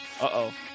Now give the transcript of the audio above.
Uh-oh